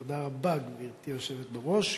תודה רבה, גברתי היושבת בראש.